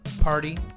Party